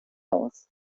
aus